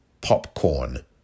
Popcorn